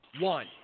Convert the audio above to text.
One